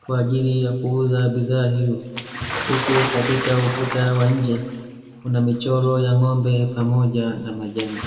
kwa ajili ya kuuza bidhaa hiyo; huku katika ukuta wa nje, kuna michoro ya ng'ombe pamoja na majani.